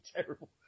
terrible